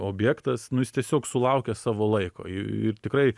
objektas nu jis tiesiog sulaukia savo laiko i ir tikrai